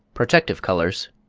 protective colours